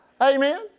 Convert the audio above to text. Amen